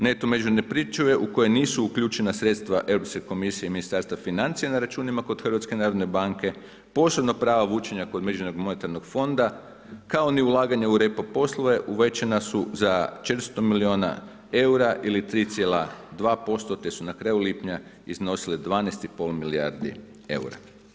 Neto međunarodne pričuve u koje nisu uključena sredstva Europske komisije i Ministarstva financija na računima kod Hrvatske narodne banke, posebna prava … kod Međunarodnog monetarnog fonda kao ni ulaganja u repo poslove uvećana su za 400 milijuna eura ili 3,2% te su na kraju lipnja iznosile 12 i pol milijardi eura.